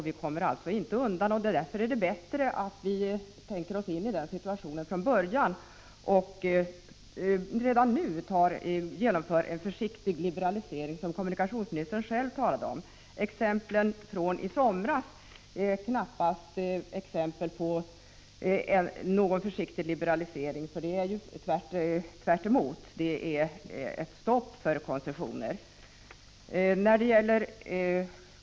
Vi kommer alltså inte undan. Därför är det bättre att vi tänker oss in i den situationen och redan nu börjar genomföra en försiktig liberalisering, som kommunikationsministern själv talade om. Exemplen från i somras är emellertid knappast exempel på någon försiktig liberalisering, tvärtom. Det var ju ett stopp för koncessioner.